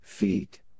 Feet